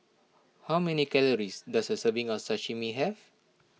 how many calories does a serving of Sashimi have